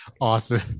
awesome